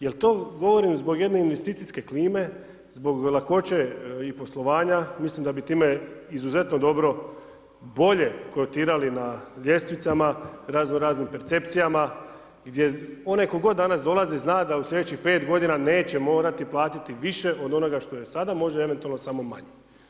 Jel to govorim zbog jedne investicijske klime, zbog lakoće i poslovanja mislim a bi time izuzetno dobro bolje kotirali na ljestvicama, razno raznim percepcijama, gdje onaj tko god danas dolazi zna da u sljedećih 5 godina neće morati platiti više od onoga što je sada može eventualno samo manje.